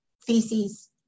feces